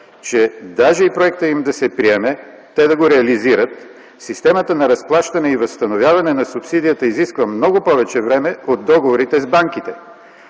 че даже проектът им да се приеме, те да го реализират, системата на разплащане и възстановяване на субсидията изисква много повече време от договорите с банките”.